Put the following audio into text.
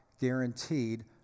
guaranteed